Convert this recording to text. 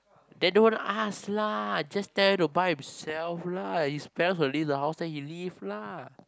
then don't want ask lah just tell them to buy themselves lah his parents to leave the house then he leave lah